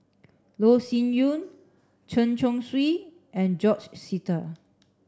Loh Sin Yun Chen Chong Swee and George Sita